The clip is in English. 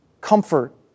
comfort